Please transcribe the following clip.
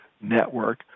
network